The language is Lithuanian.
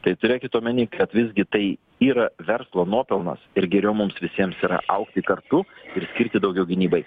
tai turėkit omeny kad visgi tai yra verslo nuopelnas ir geriau mums visiems yra augti kartu ir skirti daugiau gynybai